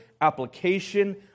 application